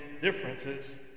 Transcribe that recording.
differences